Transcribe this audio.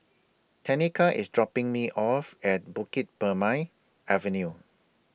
Tenika IS dropping Me off At Bukit Purmei Avenue